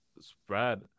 spread